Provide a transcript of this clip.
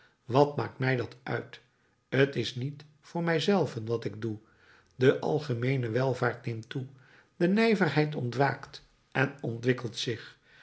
wat maakt mij dat uit t is niet voor mij zelven wat ik doe de algemeene welvaart neemt toe de nijverheid ontwaakt en ontwikkelt zich